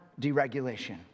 deregulation